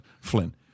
Flynn